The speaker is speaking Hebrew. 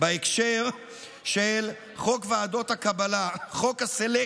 בהקשר של חוק ועדות הקבלה, חוק הסלקציה.